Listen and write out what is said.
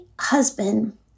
husband